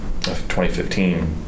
2015